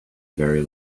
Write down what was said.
very